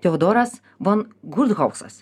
teodoras von gudhausas